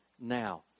now